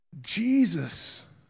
Jesus